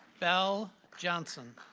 belle johnson.